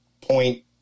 point